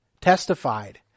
testified